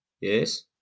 Yes